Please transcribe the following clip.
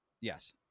Yes